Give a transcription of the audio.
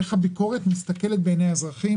איך הביקורת מסתכלת בעיני האזרח,